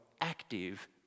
active